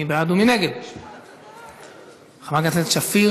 לוועדת הכלכלה